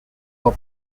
poor